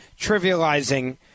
trivializing